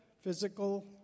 physical